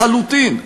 לחלוטין,